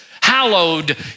Hallowed